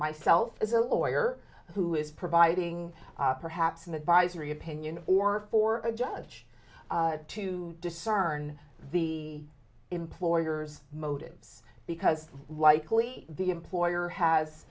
myself as a lawyer who is providing perhaps an advisory opinion or for a judge to discern the employer's motives because likely the employer has